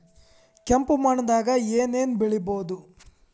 ಕೆಂಪು ಮಣ್ಣದಾಗ ಏನ್ ಏನ್ ಬೆಳಿಬೊದು?